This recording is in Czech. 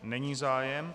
Není zájem.